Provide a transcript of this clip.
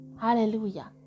Hallelujah